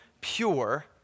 pure